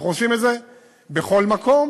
אנחנו עושים את זה בכל מקום